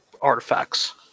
artifacts